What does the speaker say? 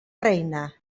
reina